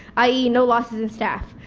i e. no losses in staff.